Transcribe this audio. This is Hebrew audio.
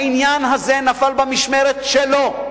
העניין הזה נפל במשמרת שלו,